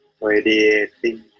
Radiating